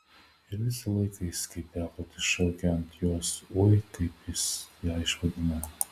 ir visą laiką jis kaip beprotis šaukia ant jos ui kaip jis ją išvadino